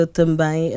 também